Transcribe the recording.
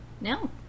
No